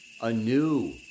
anew